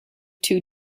too